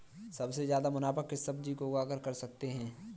सबसे ज्यादा मुनाफा किस सब्जी को उगाकर कर सकते हैं?